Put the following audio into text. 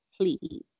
please